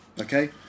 Okay